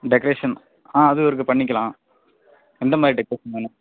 decoration ஆ அதுவும் இருக்குது பண்ணிக்கலாம் எந்த மாதிரி டெக்ரேஷன் வேணும்